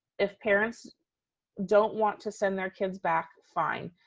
if parents don't want to send their kids back, fine.